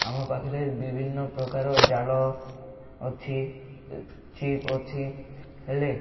ଆମ ପାଖେରେ ବିଭିନ୍ନ ପ୍ରକାର ଜାଲ ଅଛି ଚିପ୍ ଅଛି ହେଲେ